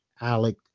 Alec